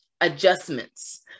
adjustments